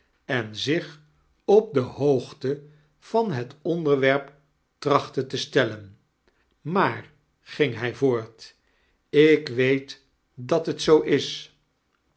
en zich op de hoogte van het onderwerp trachtte te stellen maar ging hij voort ik weet dat het zoo is